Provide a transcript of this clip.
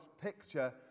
picture